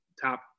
top